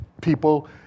people